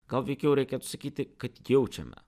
gal veikiau reikėtų sakyti kad jaučiame